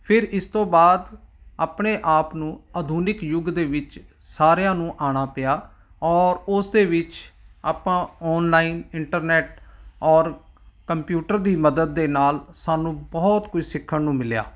ਫਿਰ ਇਸ ਤੋਂ ਬਾਅਦ ਆਪਣੇ ਆਪ ਨੂੰ ਆਧੁਨਿਕ ਯੁੱਗ ਦੇ ਵਿੱਚ ਸਾਰਿਆਂ ਨੂੰ ਆਉਣਾ ਪਿਆ ਔਰ ਉਸ ਦੇ ਵਿੱਚ ਆਪਾਂ ਆਨਲਾਈਨ ਇੰਟਰਨੈਟ ਔਰ ਕੰਪਿਊਟਰ ਦੀ ਮਦਦ ਦੇ ਨਾਲ ਸਾਨੂੰ ਬਹੁਤ ਕੁਝ ਸਿੱਖਣ ਨੂੰ ਮਿਲਿਆ